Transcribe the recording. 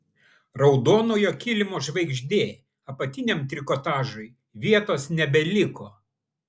raudonojo kilimo žvaigždė apatiniam trikotažui vietos nebeliko